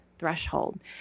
threshold